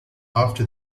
after